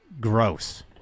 gross